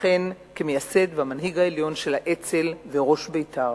וכן כמייסד והמנהיג העליון של האצ"ל וראש בית"ר.